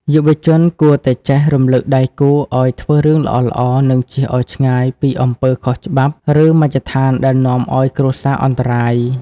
យុវជនគួរតែចេះ "រំលឹកដៃគូឱ្យធ្វើរឿងល្អៗ" និងចៀសឱ្យឆ្ងាយពីអំពើខុសច្បាប់ ឬមជ្ឈដ្ឋានដែលនាំឱ្យគ្រួសារអន្តរាយ។